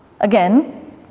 Again